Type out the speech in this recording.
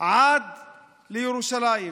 עד לירושלים.